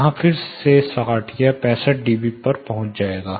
यहां यह फिर से 60 या 65 DB पर पहुंच जाएगा